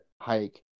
hike